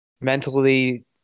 mentally